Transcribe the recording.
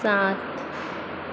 सात